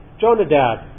Jonadab